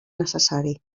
necessari